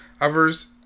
Others